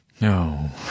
no